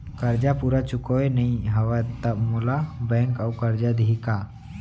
करजा पूरा चुकोय नई हव त मोला बैंक अऊ करजा दिही का?